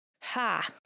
Ha